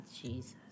Jesus